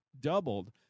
doubled